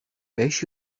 beş